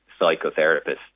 psychotherapists